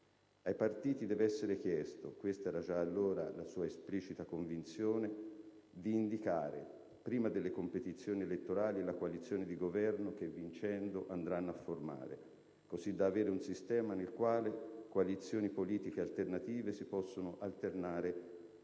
Ai partiti deve essere chiesto - questa già allora la sua esplicita convinzione - di indicare, prima della competizione elettorale, la coalizione di governo che, vincendo, andranno a formare, così da avere un sistema nel quale coalizioni politiche alternative si possono alternare